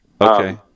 Okay